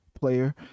player